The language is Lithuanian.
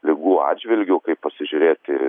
ligų atžvilgiu kaip pasižiūrėti